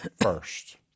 first